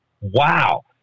wow